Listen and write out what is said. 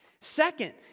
Second